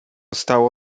stało